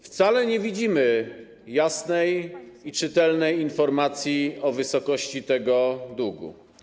Wcale nie widzimy jasnej i czytelnej informacji o wysokości tego długu.